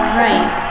right